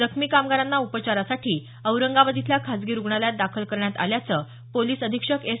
जखमी कामगारांना उपचारासाठी औरंगाबाद इथल्या खासगी रुग्णालयात दाखल करण्यात आल्याचं पोलिस अधिक्षक एस